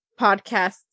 podcast